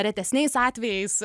retesniais atvejais